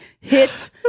hit